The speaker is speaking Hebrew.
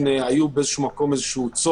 יש לי עוד כמה דברים,